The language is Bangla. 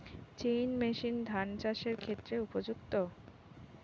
চেইন মেশিন ধান চাষের ক্ষেত্রে উপযুক্ত?